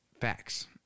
facts